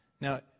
Now